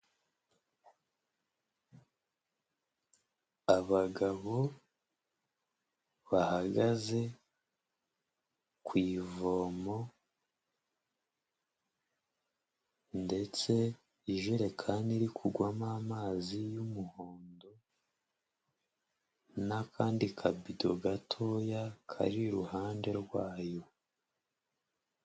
Abagabo bahagaze ku ivomo ndetse ijerekani iri kugwamo amazi y'umuhondo, n'akandi kabido gatoya kari iruhande rwayo.